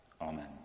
Amen